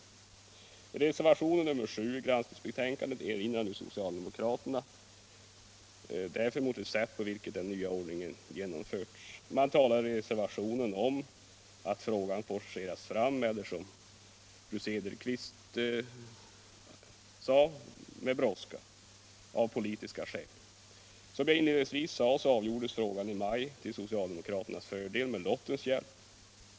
I reservationen 7 i granskningsbetänkandet erinrar nu socialdemokraterna mot det sätt på vilket den nya ordningen genomförts. Man talar i reservationen om att frågan forcerats fram, eller som fru Cederqvist sade behandlats med brådska, av politiska skäl. Som jag inledningsvis sade avgjordes frågan i maj till socialdemokraternas fördel med lottens hjälp.